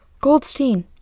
Goldstein